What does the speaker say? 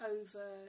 over